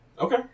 Okay